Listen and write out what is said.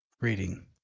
reading